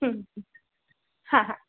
হুম হুম হ্যাঁ হ্যাঁ